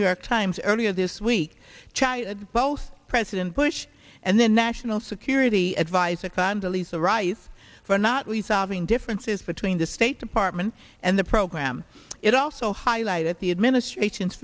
york times earlier this week chided both president bush and the national security advisor condoleezza rice for not resolving differences between the state department and the program it also highlighted the administration's